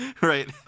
Right